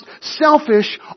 selfish